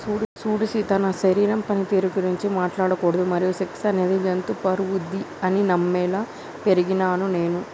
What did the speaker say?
సూడు సీత నా శరీరం పనితీరు గురించి మాట్లాడకూడదు మరియు సెక్స్ అనేది జంతు ప్రవుద్ది అని నమ్మేలా పెరిగినాను నేను